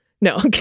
No